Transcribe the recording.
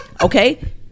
okay